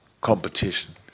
competition